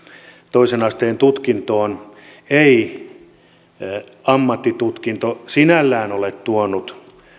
toisen asteen tutkintoon ei ammattitutkinto sinällään ole tuonut